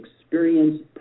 experience